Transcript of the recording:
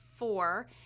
Four